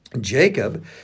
Jacob